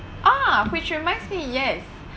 ah which reminds me yes